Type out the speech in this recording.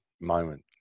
moment